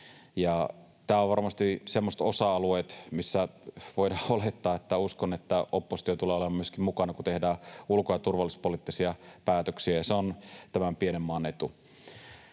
Tämä on varmasti semmoista osa-aluetta, missä voidaan olettaa, uskon, että oppositio tulee olemaan myöskin mukana, kun tehdään ulko- ja turvallisuuspoliittisia päätöksiä, ja se on tämän pienen maan etu.